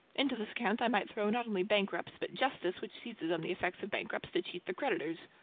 into this account i might throw not only bankrupts, but justice which seizes on the effects of bankrupts to cheat the creditors.